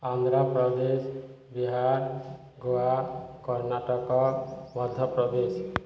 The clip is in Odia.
ଆନ୍ଧ୍ରପ୍ରଦେଶ ବିହାର ଗୋଆ କର୍ଣ୍ଣାଟକ ମଧ୍ୟପ୍ରଦେଶ